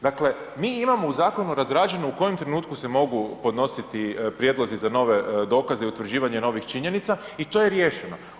Dakle mi imamo u zakonu razrađeno u kojem trenutku se mogu podnositi prijedlozi za nove dokaze i utvrđivanje novih činjenica i to je riješeno.